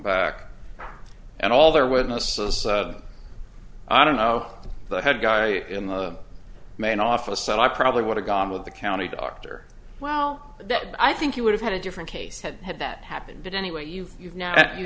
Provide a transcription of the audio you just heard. back and all their witnesses i don't know the head guy in the main office said i probably would have gone with the county doctor well that i think you would have had a different case had had that happen but anyway you've